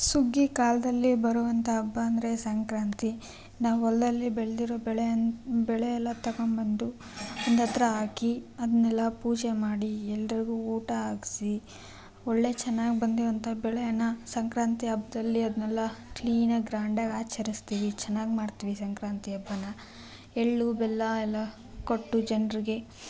ಸುಗ್ಗಿ ಕಾಲದಲ್ಲಿ ಬರುವಂಥ ಹಬ್ಬ ಅಂದರೆ ಸಂಕ್ರಾಂತಿ ನಾವು ಹೊಲದಲ್ಲಿ ಬೆಳೆದಿರುವ ಬೆಳೆ ಯ್ನ್ ಬೆಳೆ ಎಲ್ಲ ತಕೊಂಬಂದು ಒಂದತ್ರ ಹಾಕಿ ಅದನ್ನೆಲ್ಲ ಪೂಜೆ ಮಾಡಿ ಎಲ್ರಿಗೂ ಊಟ ಹಾಕಿಸಿ ಒಳ್ಳೆಯ ಚೆನ್ನಾಗಿ ಬಂದಿರುವಂಥ ಬೆಳೆಯನ್ನು ಸಂಕ್ರಾಂತಿ ಹಬ್ಬದಲ್ಲಿ ಅದನ್ನೆಲ್ಲ ಕ್ಲೀನಾಗಿ ಗ್ರ್ಯಾಂಡ್ ಆಗಿ ಆಚರಿಸ್ತೀವಿ ಚೆನ್ನಾಗಿ ಮಾಡ್ತೀವಿ ಸಂಕ್ರಾತಿ ಹಬ್ಬನ ಎಳ್ಳು ಬೆಲ್ಲ ಎಲ್ಲ ಕೊಟ್ಟು ಜನರಿಗೆ